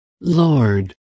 Lord